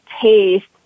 taste